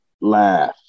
laugh